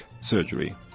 surgery